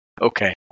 Okay